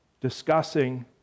discussing